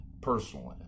personally